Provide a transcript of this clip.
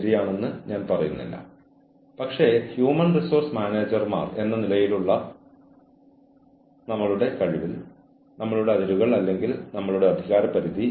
അതിനാൽ നിങ്ങൾക്ക് ജീവനക്കാരനുമായി ഒരു മീറ്റിംഗിന് വിളിക്കാം അങ്ങനെ നിങ്ങൾക്ക് എന്തെങ്കിലും റെക്കോർഡ് ഉണ്ടാക്കാം